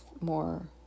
more